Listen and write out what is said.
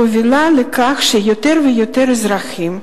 הובילה לכך שיותר ויותר אזרחים,